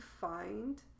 find